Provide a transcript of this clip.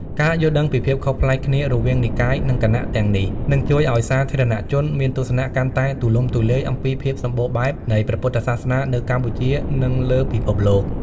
ការយល់ដឹងពីភាពខុសប្លែកគ្នារវាងនិកាយ និងគណៈទាំងនេះ នឹងជួយឱ្យសាធារណជនមានទស្សនៈកាន់តែទូលំទូលាយអំពីភាពសម្បូរបែបនៃព្រះពុទ្ធសាសនានៅកម្ពុជា និងលើពិភពលោក។